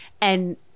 And-